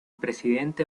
presidente